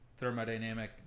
thermodynamic